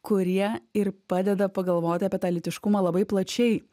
kurie ir padeda pagalvoti apie tą lytiškumą labai plačiai